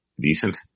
decent